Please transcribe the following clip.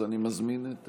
אז אני מזמין את